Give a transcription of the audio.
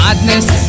Madness